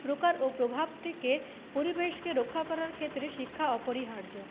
প্রকার ও প্রভাব থেকে পরিবেশকে রক্ষা করার ক্ষেত্রে শিক্ষা অপরিহার্য